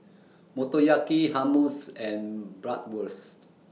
Motoyaki Hummus and Bratwurst